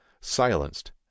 silenced